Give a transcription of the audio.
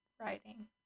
writing